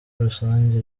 rusange